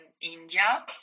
India